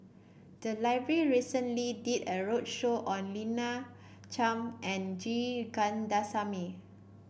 the library recently did a roadshow on Lina Chiam and G Kandasamy